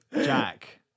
Jack